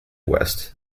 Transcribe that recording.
west